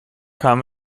kam